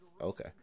Okay